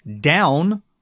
down